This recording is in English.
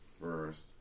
First